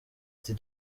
ati